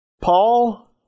Paul